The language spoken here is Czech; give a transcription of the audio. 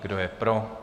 Kdo je pro?